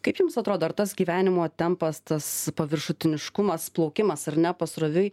kaip jums atrodo ar tas gyvenimo tempas tas paviršutiniškumas plaukimas ar ne pasroviui